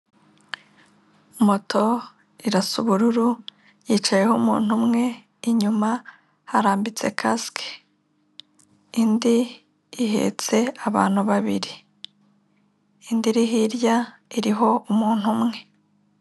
Moto irasa ubururu yicayeho umuntu umwe, inyuma harambitse kasike, indi ihetse abantu babiri, indi iri hirya iriho umuntu umwe.